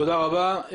תודה רבה.